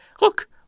look